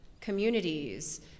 communities